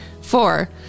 Four